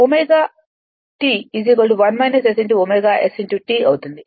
ωT ωST అవుతుంది